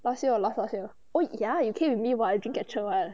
last year or last last year oh ya you came with me [what] the dreamcatcher [one]